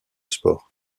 sport